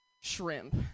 shrimp